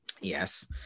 Yes